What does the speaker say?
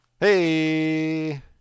Hey